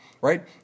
right